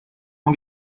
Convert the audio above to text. mon